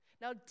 Now